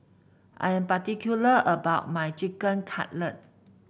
I am particular about my Chicken Cutlet